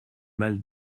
mal